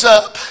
up